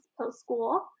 post-school